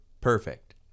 perfect